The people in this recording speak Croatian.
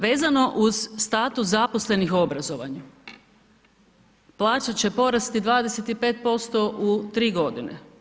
Vezano uz status zaposlenih u obrazovanju, plaća će porasti 25% u tri godine.